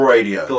Radio